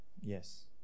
Yes